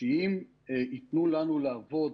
שאם ייתנו לנו לעבוד,